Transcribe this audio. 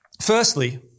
Firstly